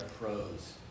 pros